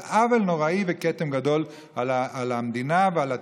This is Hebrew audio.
זה עוול נוראי וכתם גדול על המדינה ועל התקציב.